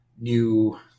new